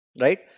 right